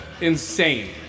insane